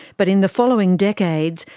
but in the following decades,